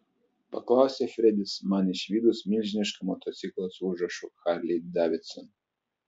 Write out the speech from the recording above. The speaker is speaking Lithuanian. paklausė fredis man išvydus milžinišką motociklą su užrašu harley davidson